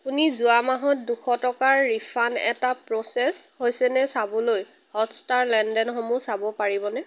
আপুনি যোৱা মাহত দুশ টকাৰ ৰিফাণ্ড এটা প্ৰ'চেছ হৈছে নে চাবলৈ হটষ্টাৰ লেনদেনসমূহ চাব পাৰিবনে